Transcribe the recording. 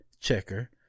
checker